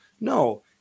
no